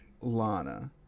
Lana